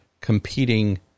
competing